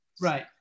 Right